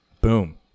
Boom